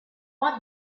want